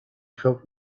felt